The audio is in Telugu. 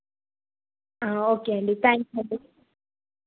ఓకే అండి థ్యాంక్స్ అండి